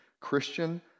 Christian